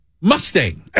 Mustang